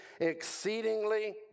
exceedingly